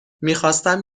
میخواستم